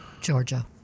Georgia